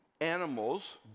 animals